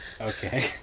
Okay